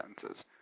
sentences